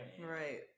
Right